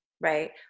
right